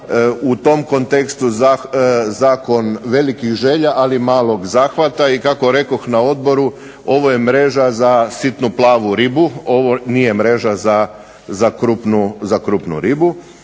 u tom kontekstu zakon velikih želja, ali malog zahvata, i kako rekoh na odboru ovo je mreža za sitnu plavu ribu, ovo nije mreža za krupnu ribu.